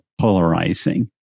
polarizing